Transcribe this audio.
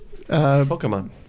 Pokemon